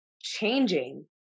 changing